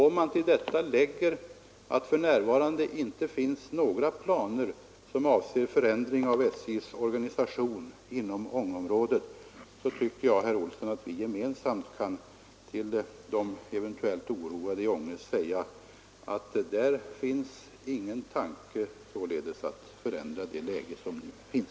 Om man till detta lägger att det för närvarande inte finns några planer som avser förändring av SJ:s organisation inom Ångeområdet, så tycker jag, herr Olsson, att vi gemensamt kan säga till dem i Ånge som eventuellt är oroade att det inte finns någon tanke på att förändra det läge som nu råder.